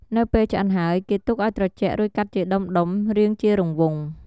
នៅពេលឆ្អិនហើយ គេទុកឱ្យត្រជាក់ រួចកាត់ជាដុំៗ រាងជារង្វង់។